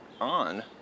on